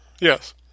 Yes